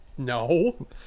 no